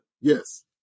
Yes